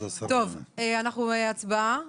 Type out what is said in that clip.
טוב, אנחנו בהצבעה.